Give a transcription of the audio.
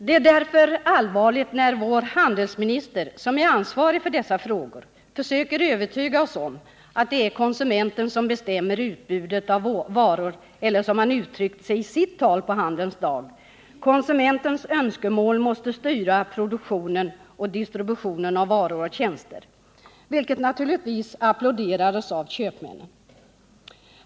Det är därför allvarligt när vår handelsminister som är ansvarig för dessa frågor försöker övertyga oss om att det är konsumenten som bestämmer utbudet av varor, eller som han utryckte sig i sitt tal på Handelns Dag: Konsumentens önskemål måste styra produktionen och distributionen av varor och tjänster, vilket naturligtvis applåderas av köpmännen.